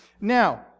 Now